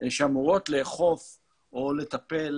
שאמורות לאכוף או לטפל,